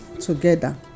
together